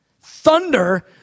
Thunder